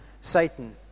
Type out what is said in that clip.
Satan